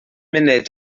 munud